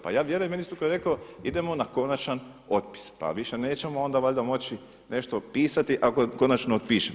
Pa vjerujem ministru koji je rekao idemo na konačan otpis, pa više nećemo onda valjda moći nešto pisati ako konačno otpišemo.